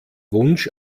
wunsch